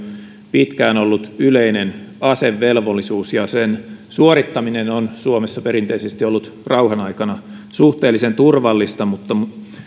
pitkään ollut yleinen asevelvollisuus ja sen suorittaminen on suomessa perinteisesti ollut rauhan aikana suhteellisen turvallista mutta